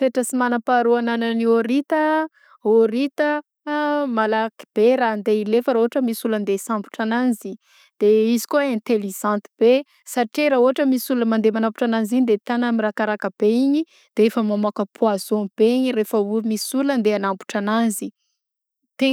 Toetra tsy manam-paharoa agnanan'ny hôrita; hôrita malaky be raha andeha ilefa ra ôhatra hoe misy olona andeha isambotra anazy de izy koa intelizenty be satria ra ôhatra misy olona mandeha manambotra anazy igny de tagnany mirakaraka be de efa mamoaka poison be igny rehefa olona- misy olona andeha hanambotra anazy